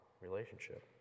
relationship